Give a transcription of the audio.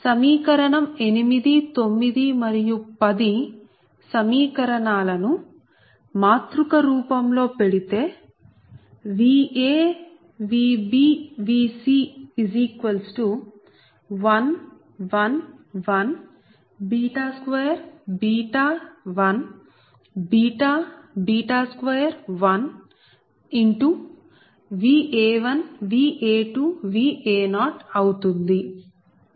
8 9 మరియు 10 సమీకరణాలను మాతృక రూపంలో పెడితే Va Vb Vc 1 1 1 2 1 2 1 Va1 Va2 Va0 అవుతుంది